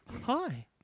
hi